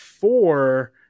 four